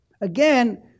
Again